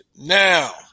Now